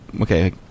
Okay